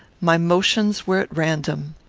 my motions were at random.